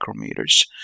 micrometers